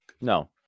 No